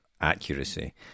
accuracy